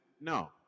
No